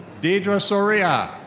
deidhra soria.